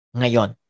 ngayon